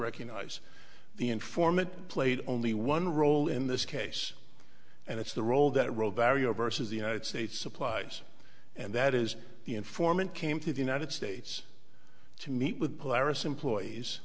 recognize the informant played only one role in this case and it's the role that role verio versus the united states supplies and that is the informant came to the united states to meet with clara's employees